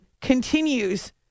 continues